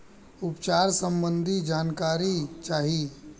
उपचार सबंधी जानकारी चाही?